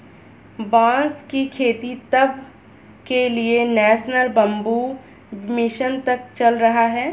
बांस की खेती तक के लिए नेशनल बैम्बू मिशन तक चल रहा है